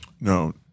No